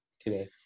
today